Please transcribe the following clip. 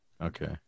Okay